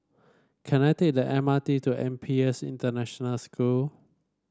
can I take the M R T to N P S International School